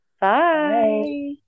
Bye